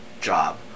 job